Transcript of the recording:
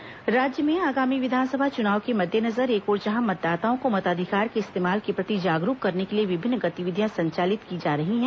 चुनाव तैयारी राज्य में आगामी विधानसभा चुनाव के मद्देनजर एक ओर जहां मतदाताओं को मताधिकार के इस्तेमाल के प्रति जागरूक करने के लिए विभिन्न गतिविधियां संचालित की जा रही हैं